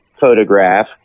photograph